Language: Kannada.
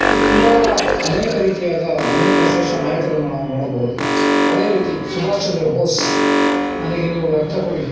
ಈ ತುಂಬ ಅನೇಕ ರೀತಿಯಾದ ಅನೇಕ ಶ್ರೇಷ್ಠ ನಾಯಕರನ್ನು ನಾವು ನೋಡಬಹುದು ಅದೇ ರೀತಿ ಸುಭಾಷ್ ಚಂದ್ರ ಬೋಸ್ ನನಗೆ ನೀವು ರಕ್ತ ಕೊಡಿ